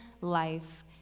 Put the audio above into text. life